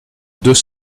deux